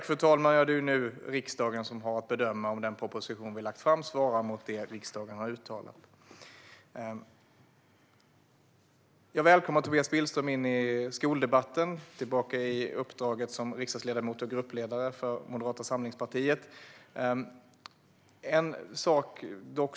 Fru talman! Det är riksdagen som nu har att bedöma om den proposition som vi har lagt fram svarar mot det som riksdagen har uttalat. Jag välkomnar Tobias Billström in i skoldebatten och tillbaka i uppdraget som riksdagsledamot och gruppledare för Moderata samlingspartiet.